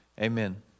Amen